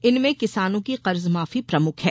इनमें किसानों की कर्जमाफी प्रमुख है